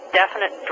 definite